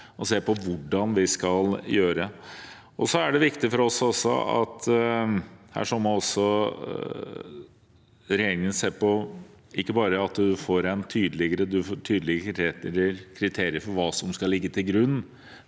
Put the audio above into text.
og se på hvordan man skal gjøre. Det er viktig for oss at regjeringen ikke bare må se på tydeligere kriterier for hva som skal ligge til grunn